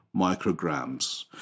micrograms